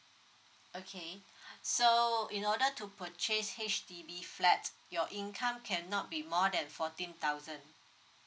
okay so in order to purchase H_D_B flat your income cannot be more that fourteen thousand